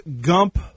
Gump